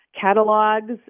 catalogs